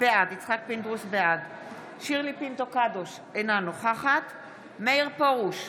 בעד שירלי פינטו קדוש, אינה נוכחת מאיר פרוש,